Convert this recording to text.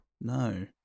No